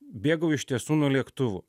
bėgau iš tiesų nuo lėktuvų